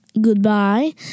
goodbye